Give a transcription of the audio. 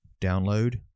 download